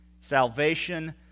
Salvation